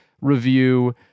review